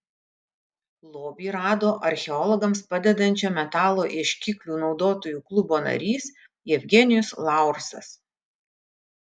lobį rado archeologams padedančio metalo ieškiklių naudotojų klubo narys jevgenijus laursas